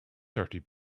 thirty